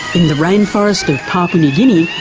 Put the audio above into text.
in the rainforest of papua new guinea,